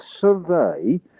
survey